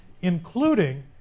including